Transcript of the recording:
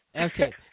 Okay